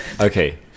Okay